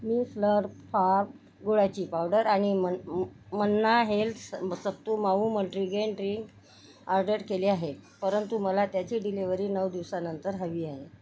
मी Slurp Farm गुळाची powder आणि मन मन्ना हेल्स मं sathu maavu multigrain drink order केले आहे परंतु मला त्याची डिलेवरी नऊ दिवसांनंतर हवी आहे